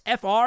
FR